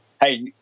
Hey